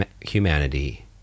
humanity